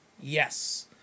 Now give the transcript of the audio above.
Yes